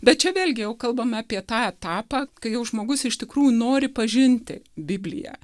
bet čia vėlgi jau kalbame apie tą etapą kai jau žmogus iš tikrųjų nori pažinti bibliją